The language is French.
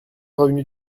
revenu